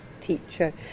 teacher